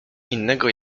innego